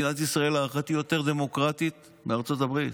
מדינת ישראל יותר דמוקרטית מארצות הברית.